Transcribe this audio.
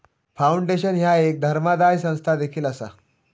foundation ह्या एक धर्मादाय संस्था देखील असा